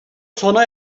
sona